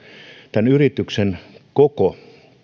tämän yrityksen koko